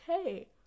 okay